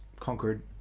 Conquered